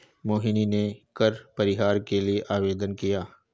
मोहिनी ने कर परिहार के लिए आवेदन किया